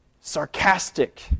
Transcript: sarcastic